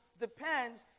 depends